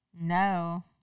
No